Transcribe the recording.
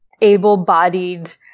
able-bodied